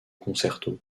concerto